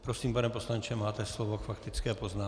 Prosím, pane poslanče, máte slovo k faktické poznámce.